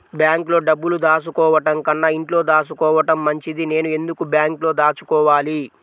బ్యాంక్లో డబ్బులు దాచుకోవటంకన్నా ఇంట్లో దాచుకోవటం మంచిది నేను ఎందుకు బ్యాంక్లో దాచుకోవాలి?